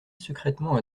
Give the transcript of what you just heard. secrètement